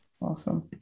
Awesome